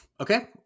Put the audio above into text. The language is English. Okay